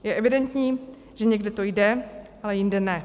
Je evidentní, že někde to jde, ale jinde ne.